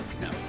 No